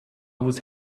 was